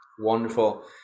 Wonderful